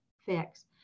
fix